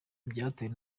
byatewe